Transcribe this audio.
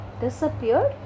disappeared